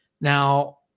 Now